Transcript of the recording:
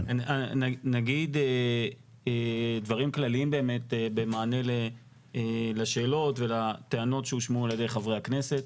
אני אגיד דברים כלליים במענה לשאלות ולטענות שהושמעו על ידי חברי הכנסת.